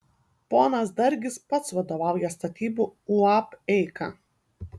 ponas dargis pats vadovauja statybų uab eika